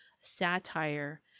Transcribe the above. satire